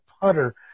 putter